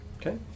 Okay